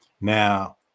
now